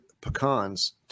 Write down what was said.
pecans